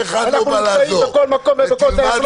אנחנו נמצאים בכל מקום ובכל דרך -- ותלמד,